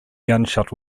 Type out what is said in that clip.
gunshot